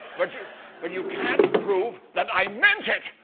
but you but you can't prove that i meant it.